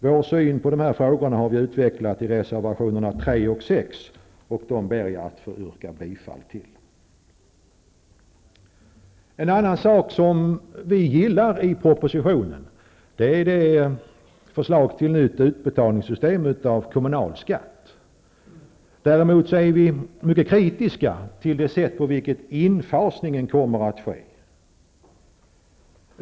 Vår syn på dessa frågor har vi utvecklat i reservationerna 3 och 6, vilka jag ber att få yrka bifall till. En sak som vi gillar i propositionen är förslaget till nytt utbetalningssystem av kommunalskatt. Däremot är vi mycket kritiska till det sätt på vilket infasningen kommer att ske.